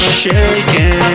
shaking